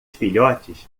filhotes